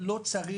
אני אומר שוב,